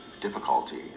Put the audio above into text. difficulty